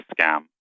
scam